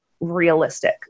realistic